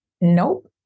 Nope